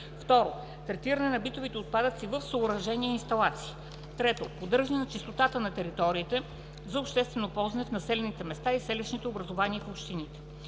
2. третиране на битовите отпадъци в съоръжения и инсталации; 3. поддържане на чистотата на териториите за обществено ползване в населените места и селищните образувания в общините.